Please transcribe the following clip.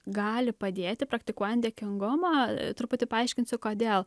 gali padėti praktikuojant dėkingumą truputį paaiškinsiu kodėl